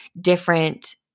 different